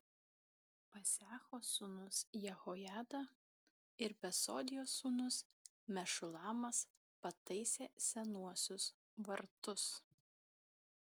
paseacho sūnus jehojada ir besodijos sūnus mešulamas pataisė senuosius vartus